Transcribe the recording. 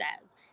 says